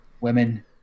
women